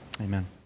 Amen